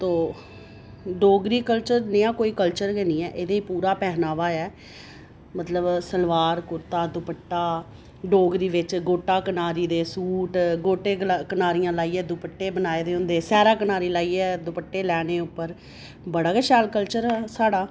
तो Dogri culture जनेहा कोई culture गै नेई ऐ एह्दे च पूरा पहनावा ऐ मतलब सलवार कुर्ता दुपट्टा डोगरी बेच्च गोटा कनारी दे सूट गोटे कनारियां लाइयै दुप्पटे बनाए दे होंदे सारा कनारी लाइयै दुप्पटे लैने उप्पर बड़ा गै शैल कल्चर हा साढ़ा